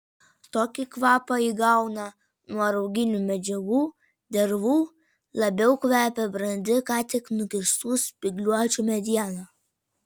tokį kvapą įgauna nuo rauginių medžiagų dervų labiau kvepia brandi ką tik nukirstų spygliuočių mediena